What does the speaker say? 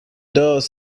does